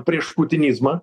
prieš putinizmą